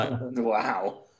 wow